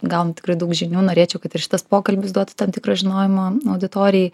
gaunu tikrai daug žinių norėčiau kad ir šitas pokalbis duotų tam tikrą žinojimą auditorijai